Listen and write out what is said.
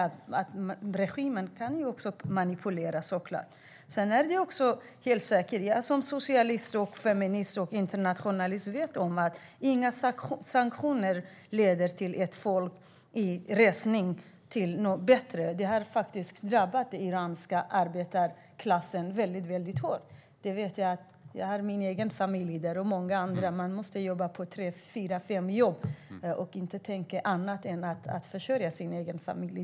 Regimen kan ju också manipulera såklart. Som socialist, feminist och internationalist vet jag att inga sanktioner leder till ett folk i resning och till något bättre. Sanktionerna har faktiskt drabbat den iranska arbetarklassen väldigt hårt. Jag har min egen familj där och många andra, och jag vet att man måste ha tre till fem jobb för att kunna försörja sin familj.